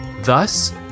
Thus